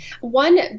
One